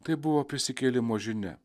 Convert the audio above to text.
tai buvo prisikėlimo žinia